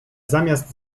zamiast